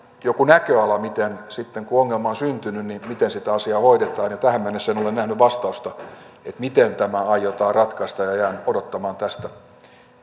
joku näköala miten sitten kun ongelma on syntynyt sitä asiaa hoidetaan tähän mennessä en ole nähnyt vastausta siihen miten tämä aiotaan ratkaista ja jään odottamaan tästä